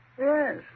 Yes